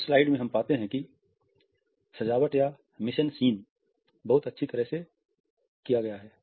इस छवि में हम पाते हैं कि सजावट या मिसे एन सीन बहुत अच्छी तरह से किया गया है